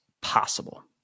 possible